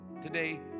today